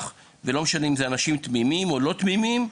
ולא משנה אם זה אנשים תמימים או לא תמימים,